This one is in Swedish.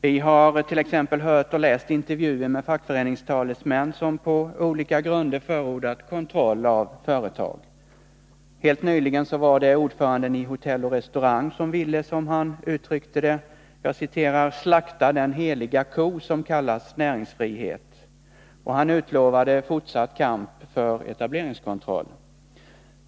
Vi har t.ex. hört och läst intervjuer med fackföreningstalesmän som på olika grunder förordat kontroll av företag. Helt nyligen var det ordföranden i Hotell o. Restaurang som ville, som han uttryckte det, ”slakta den heliga ko som kallas näringsfrihet”. Och han utlovade fortsatt kamp för etableringskontroll.